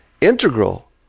integral